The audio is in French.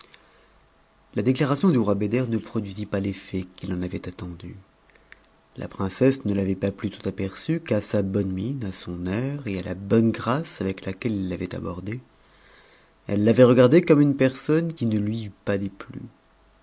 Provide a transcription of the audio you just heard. la déclaration du roi beder ne produisit pas l'effet qu'il en avait at tendu la princesse ne l'avait pas plutôt aperçu qu'à sa bonne mine à son air et à la bonne grâce avec laquelle il l'avait abordée elle t'avait regardé comme une personne qui ne lui eût pas